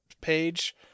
page